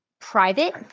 private